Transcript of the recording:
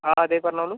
ആ അതെ പറഞ്ഞോളൂ